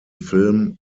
film